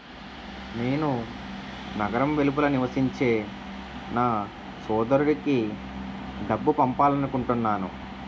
నేను నగరం వెలుపల నివసించే నా సోదరుడికి డబ్బు పంపాలనుకుంటున్నాను